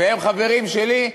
והם חברים שלי,